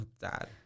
Dad